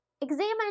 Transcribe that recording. examine